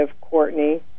Courtney